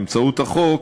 באמצעות החוק,